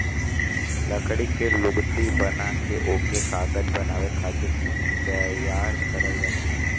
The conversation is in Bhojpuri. लकड़ी के लुगदी बना के ओके कागज बनावे खातिर तैयार करल जाला